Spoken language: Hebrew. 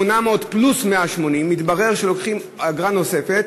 800 פלוס 180. מתברר שלוקחים אגרה נוספת.